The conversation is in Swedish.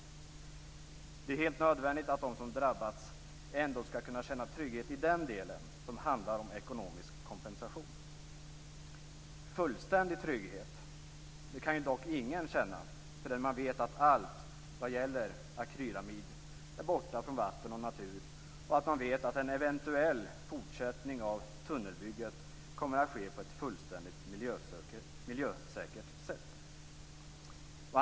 Det är helt nödvändigt att de som drabbas åtminstone skall kunna känna trygghet i den del som handlar om ekonomisk kompensation. Fullständig trygghet kan dock ingen känna förrän man vet att allt vad gäller akrylamid är borta från vatten och natur och att en eventuell fortsättning av tunnelbygget kommer att ske på ett fullständigt miljösäkert sätt.